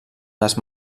les